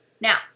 Now